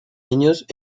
años